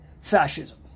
fascism